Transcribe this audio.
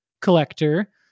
Collector